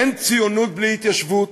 אין ציונות בלי התיישבות,